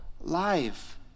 life